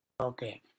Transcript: Okay